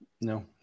No